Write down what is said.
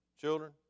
children